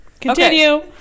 Continue